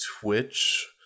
Twitch